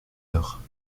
heure